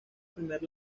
primer